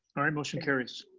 alright, motion carries.